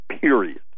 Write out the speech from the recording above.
period